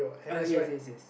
uh yes yes yes